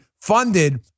funded